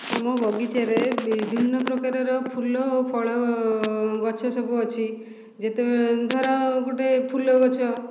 ଆମ ବଗିଚାରେ ବିଭିନ୍ନ ପ୍ରକାରର ଫୁଲ ଆଉ ଫଳ ଗଛ ସବୁ ଅଛି ଯେତେବେଳେ ଧର ଗୋଟେ ଫୁଲ ଗଛ